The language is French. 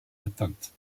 atteintes